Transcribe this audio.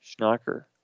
Schnocker